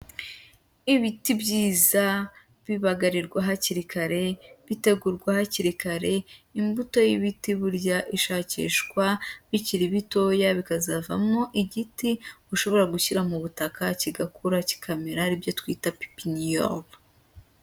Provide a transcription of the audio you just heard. Ibiti byiza bibagarirwa hakiri kare, bitegurwa hakiri kare, imbuto y'ibiti burya ishakishwa bikiri bitoya, bikazavamo igiti ushobora gushyira mu butaka kigakura, kikamera, ari ibyo twita pipiniyoro.